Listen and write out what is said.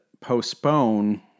postpone